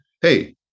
hey